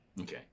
Okay